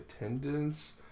attendance